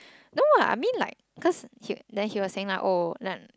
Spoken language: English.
no lah I mean like cause he then he was saying like oh li~